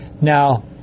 Now